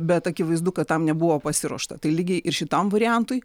bet akivaizdu kad tam nebuvo pasiruošta tai lygiai ir šitam variantui